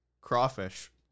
crawfish